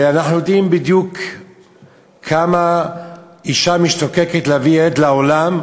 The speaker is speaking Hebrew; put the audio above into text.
ואנחנו יודעים בדיוק כמה אישה משתוקקת להביא ילד לעולם;